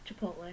Chipotle